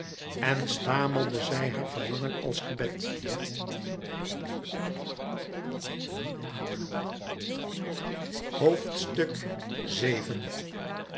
en stamelde zij haar verlangen als gebed